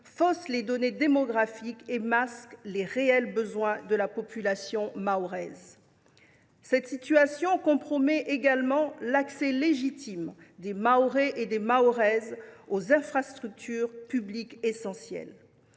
fausse les données démographiques et masque les besoins réels de la population mahoraise. Cette situation compromet également l’accès légitime des Mahorais et des Mahoraises aux infrastructures publiques essentielles.